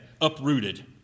uprooted